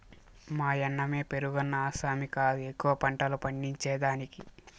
మాయన్నమే పేరున్న ఆసామి కాదు ఎక్కువ పంటలు పండించేదానికి